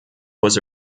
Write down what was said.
was